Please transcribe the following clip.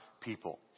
people